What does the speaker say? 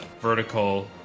vertical